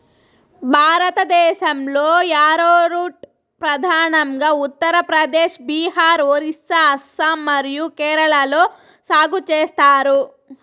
భారతదేశంలో, యారోరూట్ ప్రధానంగా ఉత్తర ప్రదేశ్, బీహార్, ఒరిస్సా, అస్సాం మరియు కేరళలో సాగు చేస్తారు